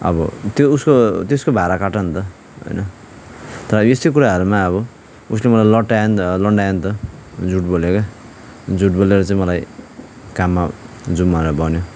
अब त्यो उसको त्यसको भाडा काट न त होइन तर यस्तै कुराहरूमा अब उसले मलाई लट्यायो नि त लन्ड्यायो नि त झुट बोल्यो क्या झुट बोलेर चाहिँ मलाई काममा जाउँ भनेर भन्यो